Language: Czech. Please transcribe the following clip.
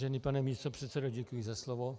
Vážený pane místopředsedo, děkuji za slovo.